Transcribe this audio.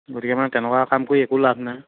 গতিকে মানে তেনেকুৱা কাম কৰি একো লাভ নাই